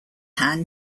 hand